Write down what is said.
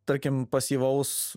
tarkim pasyvaus